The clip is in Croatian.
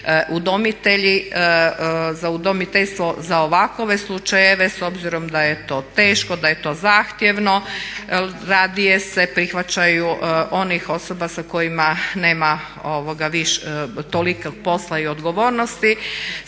udomiteljstvo za ovakove slučajeve s obzirom da je to teško, da je to zahtjevno radije se prihvaćaju onih osoba sa kojima nema toliko posla i odgovornosti.